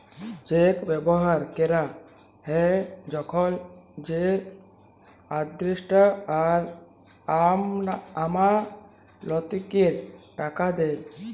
check ব্যবহার ক্যরা হ্যয় যখল যে আদেষ্টা তার আমালতকারীকে টাকা দেয়